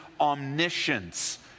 omniscience